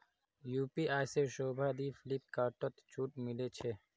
UPI से शोभा दी फिलिपकार्टत छूट मिले छे